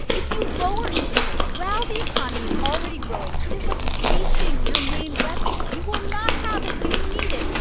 if you lower interest rates while the economy is already growing, it is like wasting your main weapon. you will not have it when you need it.